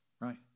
right